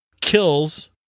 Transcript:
kills